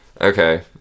Okay